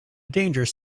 dangerous